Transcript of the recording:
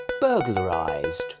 Burglarized